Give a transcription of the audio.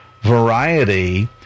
variety